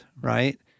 right